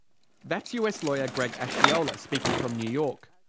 that's us lawyer greg asciolla speaking from new york.